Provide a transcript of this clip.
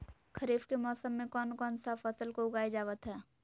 खरीफ के मौसम में कौन कौन सा फसल को उगाई जावत हैं?